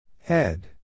Head